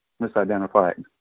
misidentified